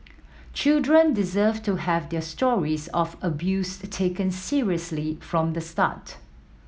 children deserve to have their stories of abuse taken seriously from the start